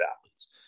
athletes